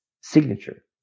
signature